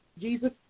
Jesus